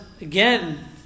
again